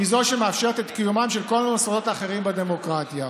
"היא זו שמאפשרת את קיומם של כל המוסדות האחרים בדמוקרטיה,